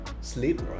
sleep